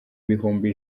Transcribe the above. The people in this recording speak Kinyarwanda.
bihumbi